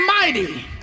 mighty